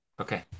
Okay